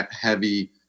heavy